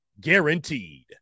guaranteed